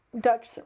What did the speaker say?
Dutch